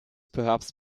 perhaps